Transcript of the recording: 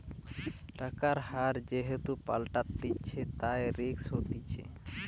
টাকার হার যেহেতু পাল্টাতিছে, তাই রিস্ক হতিছে